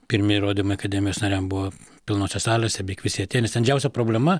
pirmieji rodymai akademijos nariam buvo pilnose salėse beveik visi atėjo nes ten didžiausia problema